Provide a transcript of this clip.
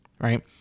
right